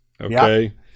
okay